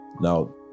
Now